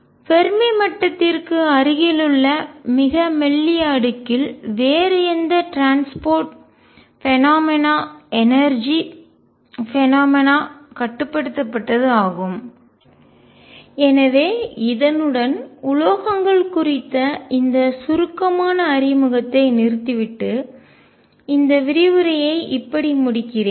Fermi மட்டத்திற்கு அருகிலுள்ள மிக மெல்லிய அடுக்கில் வேறு எந்த டிரான்ஸ்போர்ட் பனோமெனா போக்குவரத்து நிகழ்வு எனர்ஜிஆற்றல் பனோமெனா நிகழ்வுகளும் கட்டுப்படுத்தப்பட்டது ஆகும் எனவே இதனுடன் உலோகங்கள் குறித்த இந்த சுருக்கமான அறிமுகத்தை நிறுத்திவிட்டுஇந்த விரிவுரையை இப்படி முடிக்கிறேன்